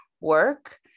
work